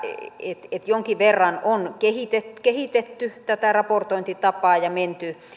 että jonkin verran on kehitetty kehitetty tätä raportointitapaa ja menty